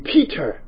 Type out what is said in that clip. Peter